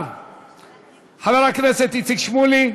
חבר הכנסת איציק שמולי,